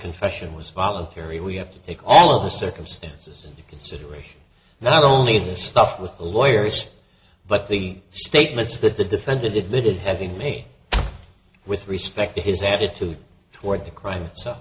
confession was voluntary we have to take all of the circumstances into consideration that only this stuff with the lawyers but the statements that the defendant admitted having may with respect to his attitude toward the crime so